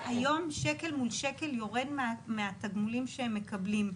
היום שקל מול שקל יורד מהתגמולים שהם מקבלים.